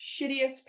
shittiest